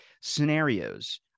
scenarios